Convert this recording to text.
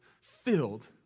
filled